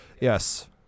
Yes